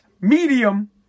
medium